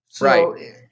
Right